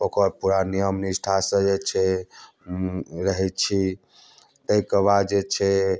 ओकर पूरा नियम निष्ठासँ जे छै रहैत छी ताहिके बाद जे छै